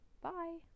Bye